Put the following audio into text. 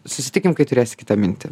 susitikim kai turėsi kitą mintį